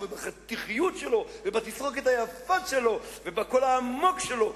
ובחתיכיות שלו ובתסרוקת היפה שלו ובקול העמוק שלו,